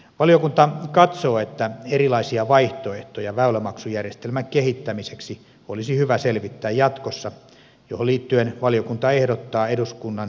valiokunta katsoo että erilaisia vaihtoehtoja väylämaksujärjestelmän kehittämiseksi olisi hy vä selvittää jatkossa mihin liittyen valiokunta ehdottaa eduskunnan hyväksyttäväksi lausuman